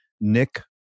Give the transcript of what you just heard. Nick